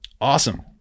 awesome